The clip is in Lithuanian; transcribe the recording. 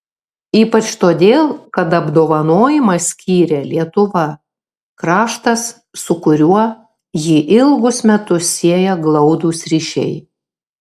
ypač todėl kad apdovanojimą skyrė lietuva kraštas su kuriuo jį ilgus metus sieja glaudūs ryšiai